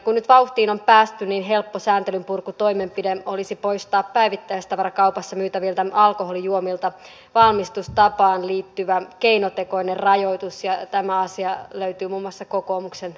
kun nyt vauhtiin on päästy niin helppo sääntelynpurkutoimenpide olisi poistaa päivittäistavarakaupassa myytäviltä alkoholijuomilta valmistustapaan liittyvä keinotekoinen rajoitus ja tämä asia löytyy muun muassa kokoomuksen norminpurkulistalta